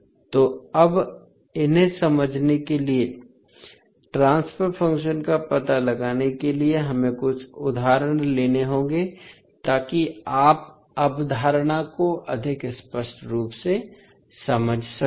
तोअब इन्हें समझने के लिए ट्रांसफर फ़ंक्शन का पता लगाने से हमें कुछ उदाहरण लेने होंगे ताकि आप अवधारणा को अधिक स्पष्ट रूप से समझ सकें